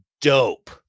dope